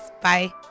bye